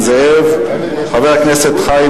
חבר הכנסת נסים זאב,